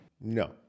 No